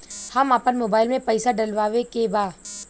हम आपन मोबाइल में पैसा डलवावे के बा?